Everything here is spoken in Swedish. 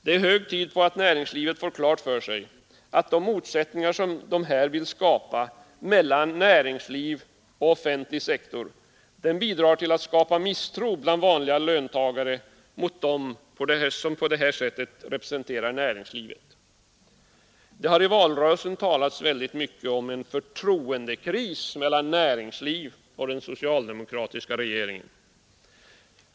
Det är hög tid att de får klart för sig att de motsättningar som de här vill skapa mellan näringsliv och offentlig sektor bidrar till att väcka misstro bland vanliga löntagare mot dem som på det här sättet representerar näringslivet. Det har i valrörelsen talats väldigt mycket om en förtroendekris mellan näringslivet och den socialdemokratiska regeringen.